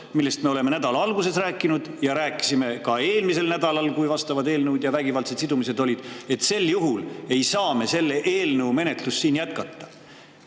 millest me nädala alguses rääkisime – ja rääkisime ka eelmisel nädalal, kui olid [teised] eelnõud ja vägivaldsed sidumised –, et sel juhul ei saa me selle eelnõu menetlust jätkata.